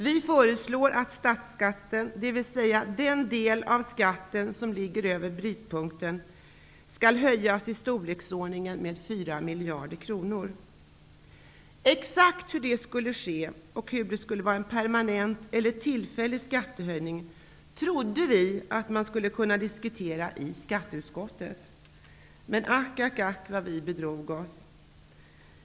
Vi föreslår att statsskatten, dvs. den del av skatten som ligger över brytpunkten, skall höjas med i storleksordningen 4 miljarder kronor. Exakt hur det skulle ske och om det skulle vara en permanent eller tillfällig skattehöjning trodde vi socialdemokrater att man skulle kunna diskutera i skatteutskottet. Men ack vad vid bedrog oss!